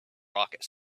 rocket